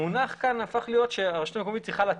המונח כאן הפך להיות שהרשות המקומית צריכה לתת.